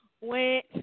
went